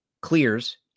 clears